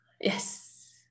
Yes